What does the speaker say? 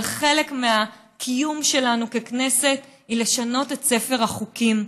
אבל חלק מהקיום שלנו ככנסת היא לשנות את ספר החוקים,